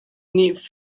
nih